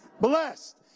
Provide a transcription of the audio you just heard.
Blessed